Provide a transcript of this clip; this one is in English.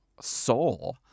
soul